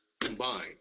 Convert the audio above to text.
combined